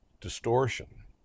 distortion